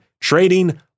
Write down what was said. trading